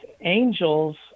angels